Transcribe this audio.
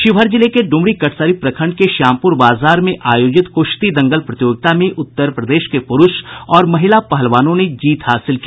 शिवहर जिले के ड्रमरी कटसरी प्रखंड के श्यामप्र बाजार में आयोजित कुश्ती दंगल प्रतियोगिता में उत्तर प्रदेश के पुरूष और महिला पहलवानों ने जीत हासिल की